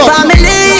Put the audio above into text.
Family